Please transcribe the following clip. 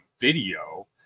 video